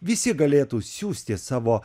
visi galėtų siųsti savo